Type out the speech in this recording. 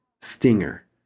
stinger